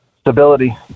stability